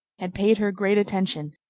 had paid her great attention,